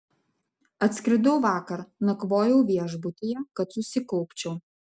atskridau vakar nakvojau viešbutyje kad susikaupčiau